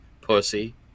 Pussy